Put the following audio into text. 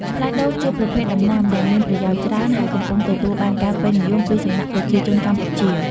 ផ្លែដូងជាប្រភេទដំណាំដែលមានប្រយោជន៍ច្រើន ហើយកំពុងទទួលបានការពេញនិយមពីសំណាក់ប្រជាជនកម្ពុជា។